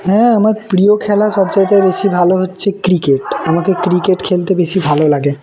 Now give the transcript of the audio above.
হ্যাঁ আমার প্রিয় খেলা সবচাইতে বেশি ভালো হচ্ছে ক্রিকেট আমাকে ক্রিকেট খেলতে বেশি ভালো লাগে